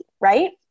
right